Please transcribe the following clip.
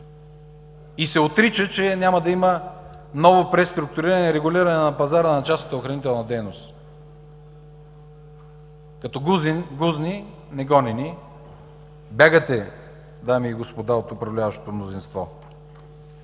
и се отрича, че няма да има ново преструктуриране и регулиране на пазара на частната охранителна дейност. Като гузни, негонени бягате, дами и господа от управляващото мнозинство.